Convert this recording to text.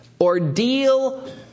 ordeal